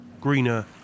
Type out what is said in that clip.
greener